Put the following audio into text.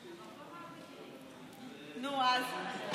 נו, אז?